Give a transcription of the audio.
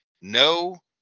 No